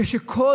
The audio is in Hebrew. כשכל